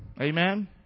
Amen